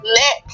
let